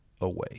away